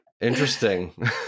Interesting